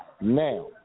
Now